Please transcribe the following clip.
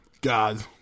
God